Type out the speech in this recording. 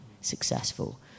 successful